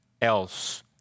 else